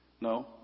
No